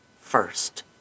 first